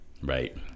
right